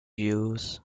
views